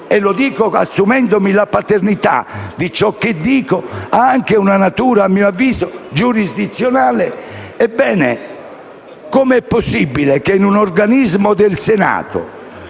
e lo dico assumendomi la paternità di ciò che dico - ha anche una natura giurisdizionale, come è possibile che in un organismo del Senato